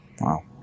Wow